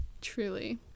truly